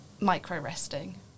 micro-resting